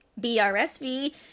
BRSV